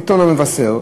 עיתון "המבשר",